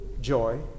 joy